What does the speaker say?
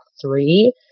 three